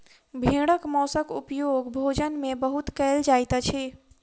भेड़क मौंसक उपयोग भोजन में बहुत कयल जाइत अछि